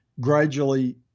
gradually